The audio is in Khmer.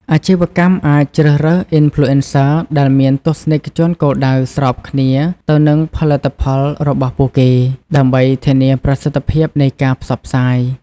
អាជីវកម្មអាចជ្រើសរើស អុីនផ្លូអេនសឹ ដែលមានទស្សនិកជនគោលដៅស្របគ្នាទៅនឹងផលិតផលរបស់ពួកគេ ដើម្បីធានាប្រសិទ្ធភាពនៃការផ្សព្វផ្សាយ។